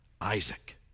Isaac